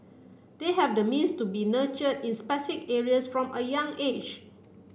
they have the means to be nurtured in specific areas from a young age